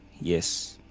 yes